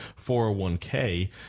401k